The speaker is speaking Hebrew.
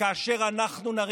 כאשר אנחנו נרים